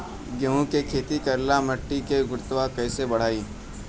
गेहूं के खेती करेला मिट्टी के गुणवत्ता कैसे बढ़ाई?